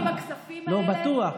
לא, בטוח.